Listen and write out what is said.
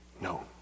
No